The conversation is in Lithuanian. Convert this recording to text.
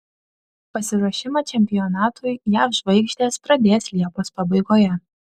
pasiruošimą čempionatui jav žvaigždės pradės liepos pabaigoje